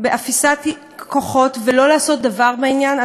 באפיסת כוחות ולא לעשות דבר בעניין?